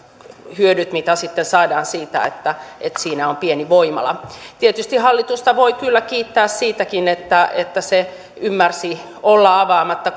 hyödyt mitä saadaan siitä että että siinä on pieni voimala tietysti hallitusta voi kyllä kiittää siitäkin että että se ymmärsi olla avaamatta